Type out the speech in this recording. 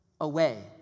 away